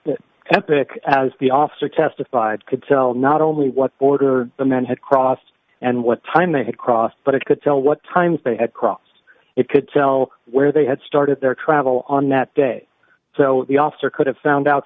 that epic as the officer testified could tell not only what border the men had crossed and what time they had crossed but it could tell what times they had crossed it could tell where they had started their travel on that day so the officer could have found out